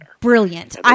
Brilliant